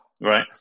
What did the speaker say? right